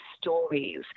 stories